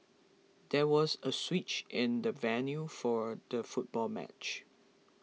there was a switch in the venue for the football match